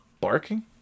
Barking